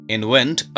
Invent